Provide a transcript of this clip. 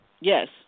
Yes